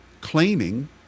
claiming